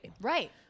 right